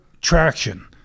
traction